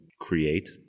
create